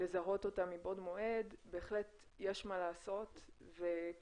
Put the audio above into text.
לזהות אותם מבעוד מועד בהחלט יש מה לעשות וכאן